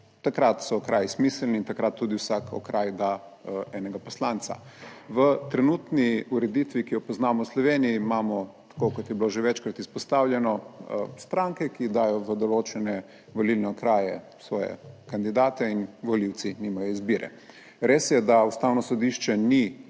Takrat so okraji smiselni in takrat tudi vsak okraj, da enega poslanca. V trenutni ureditvi, ki jo poznamo v Sloveniji imamo tako kot je bilo že večkrat izpostavljeno stranke, ki dajo v določene volilne okraje svoje kandidate in volivci nimajo izbire. Res je, da Ustavno sodišče ni ugotovilo,